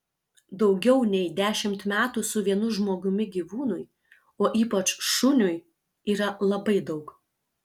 daugiau nei dešimt metų su vienu žmogumi gyvūnui o ypač šuniui yra labai daug